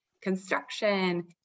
construction